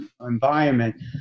environment